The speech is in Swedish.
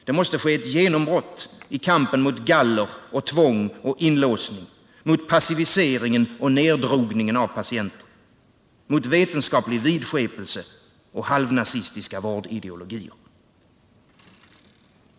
Det måste ske ett genombrott i kampen mot galler, tvång och inlåsning, mot passiviseringen och neddrogningen av patienter, mot vetenskaplig vidskepelse och halvnazistiska vårdideologier.